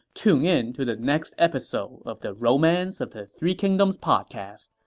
tune in to the next episode of the romance of the three kingdoms podcast.